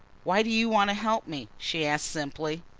why do you want to help me? she asked simply.